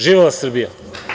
Živela Srbija!